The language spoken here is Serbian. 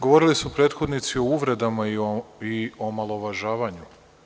Govorili su prethodnici o uvredama i o omalovažavanju.